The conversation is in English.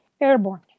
airborne